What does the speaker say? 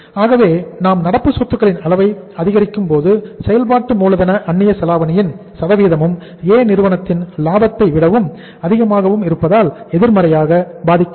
ஆகவே நாம் நடப்பு சொத்துக்களின் அளவை அதிகரிக்கும் போது செயல்பாட்டு மூலதன அந்நிய செலாவணியின் சதவீதமும் A நிறுவனத்தின் லாபத்தை விடவும் அதிகமாக இருப்பதால் எதிர்மறையாக பாதிக்கப்படும்